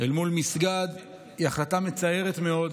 אל מול מסגד, היא החלטה מצערת מאוד.